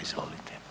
Izvolite.